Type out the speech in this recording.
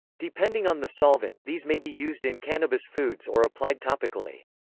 depending on the solvent, these may be used in cannabis foods or applied topically.